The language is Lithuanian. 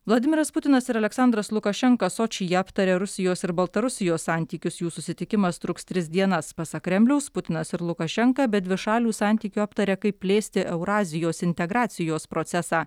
vladimiras putinas ir aleksandras lukašenka sočyje aptarė rusijos ir baltarusijos santykius jų susitikimas truks tris dienas pasak kremliaus putinas ir lukašenka be dvišalių santykių aptaria kaip plėsti eurazijos integracijos procesą